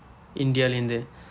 இந்தியாவிலிருந்து:indiavilirundhu